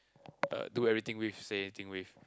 uh do everything with say everything with